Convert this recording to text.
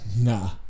Nah